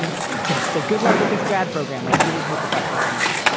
um fantastic, good luck with his grad program, i really hope that that's not the norm.